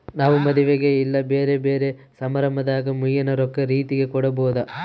ನಾವು ಮದುವೆಗ ಇಲ್ಲ ಬ್ಯೆರೆ ಬ್ಯೆರೆ ಸಮಾರಂಭದಾಗ ಮುಯ್ಯಿನ ರೊಕ್ಕ ರೀತೆಗ ಕೊಡಬೊದು